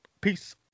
peace